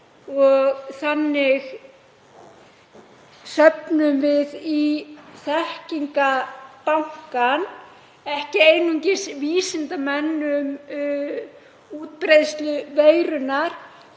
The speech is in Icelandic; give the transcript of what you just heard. Þannig söfnum við í þekkingarbankann, ekki einungis vísindamenn um útbreiðslu veirunnar